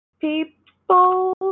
people